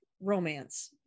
romance